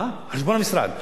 על חשבון המשרד.